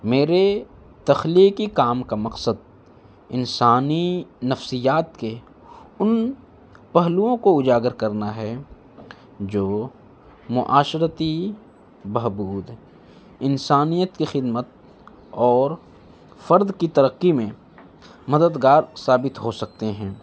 میرے تخلیقی کام کا مقصد انسانی نفسیات کے ان پہلوؤں کو اجاگر کرنا ہے جو معاشرتی بہبود انسانیت کی خدمت اور فرد کی ترقی میں مددگار ثابت ہو سکتے ہیں